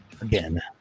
again